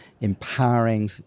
empowering